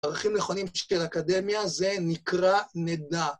ערכים נכונים של אקדמיה זה נקרא נדע.